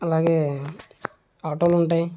అలాగే ఆటోలు ఉంటాయి